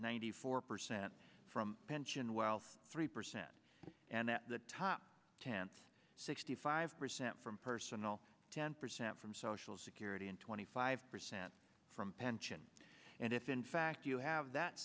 ninety four percent from pension wealth three percent and at the top ten sixty five percent from personal ten percent from social security and twenty five percent from pension and if in fact you have that